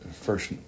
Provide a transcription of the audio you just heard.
first